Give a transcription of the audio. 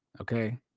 Okay